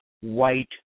white